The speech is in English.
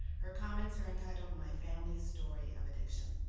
her comments are entitled my family story of addiction.